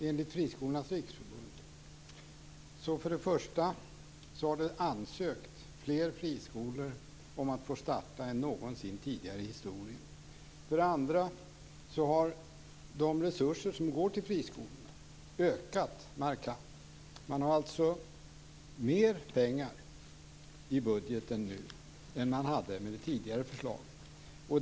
Enligt Friskolornas riksförbund har fler friskolor än någonsin tidigare ansökt om att få starta verksamhet. Vidare har de resurser som går till friskolorna ökat markant. Det finns mer pengar i budgeten nu än med det tidigare förslaget.